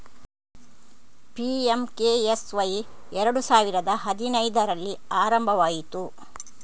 PMKSY ಎರಡು ಸಾವಿರದ ಹದಿನೈದರಲ್ಲಿ ಆರಂಭವಾಯಿತು